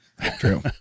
True